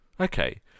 Okay